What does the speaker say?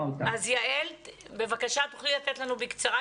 מאה אחוז, אז יעל, בבקשה, תוכלי לתת לנו בקצרה?